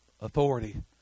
authority